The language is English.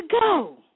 go